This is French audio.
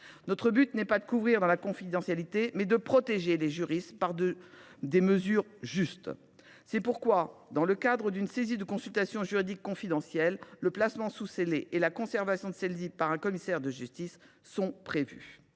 Notre but est non pas de couvrir par la confidentialité, mais de protéger les juristes par des mesures justes. C’est pourquoi, en cas de saisie d’une consultation juridique confidentielle, son placement sous scellé et sa conservation par un commissaire de justice sont prévus.